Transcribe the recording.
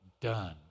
done